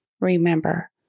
Remember